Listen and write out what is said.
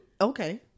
okay